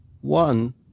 One